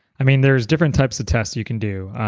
i mean, there's different types of tests you can do.